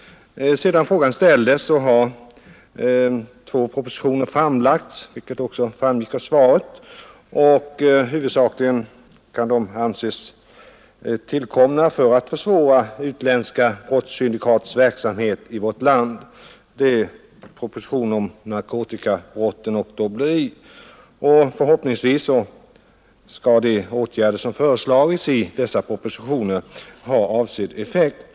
Sedan frågan ställdes har två propositioner framlagts, vilket också att nedbringa brottsligheten framgick av svaret, och huvudsakligen kan de anses vara tillkomna för att försvåra utländska brottssyndikats verksamhet i vårt land. Det är propositionerna om narkotikabrott och dobbleri. Förhoppningsvis skall de åtgärder som föreslås i dessa propositioner ha avsedd effekt.